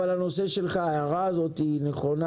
אבל הנושא שלך, ההערה הזאת היא נכונה.